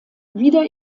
wieder